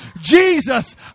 Jesus